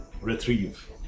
Retrieve